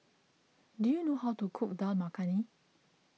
do you know how to cook Dal Makhani